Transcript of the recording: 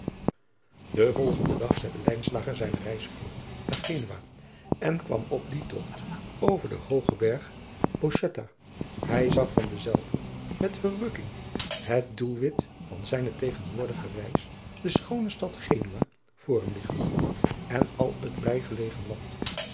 den volgenden dag zette lijnslager zijne reis adriaan loosjes pzn het leven van maurits lijnslager voort naar genua en kwam op dien togt over den hoogen berg bochetta hij zag van denzelven met verrukking het doelwit van zijne tegenwoordige reis de schoone stad genua voor hem liggen en al het bijgelegen land